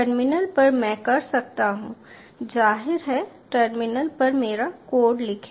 terminal पर मैं कर सकता हूं जाहिर है टर्मिनल पर मेरा कोड लिखें